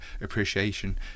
appreciation